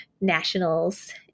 nationals